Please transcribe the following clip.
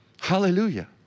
Hallelujah